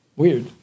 Weird